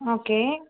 okay